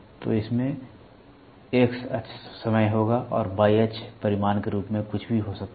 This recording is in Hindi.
तो इसमें X अक्ष समय होगा और Y अक्ष परिमाण के रूप में कुछ भी हो सकता है